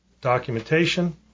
documentation